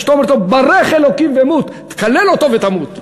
אשתו אומרת לו: ברך אלוקים ומות, תקלל אותו ותמות.